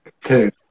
two